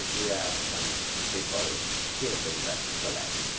yeah had some people killed in that collapse.